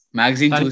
magazine